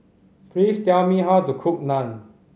please tell me how to cook Naan